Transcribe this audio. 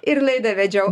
ir laidą vedžiau